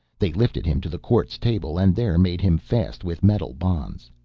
they lifted him to the quartz table and there made him fast with metal bonds.